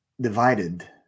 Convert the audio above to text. divided